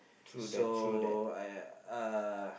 so I uh